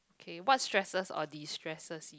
okay what stresses or destresses